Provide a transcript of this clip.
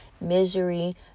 Misery